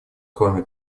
кроме